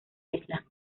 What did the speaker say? isla